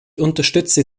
unterstütze